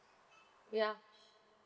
ya